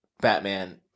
Batman